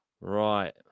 Right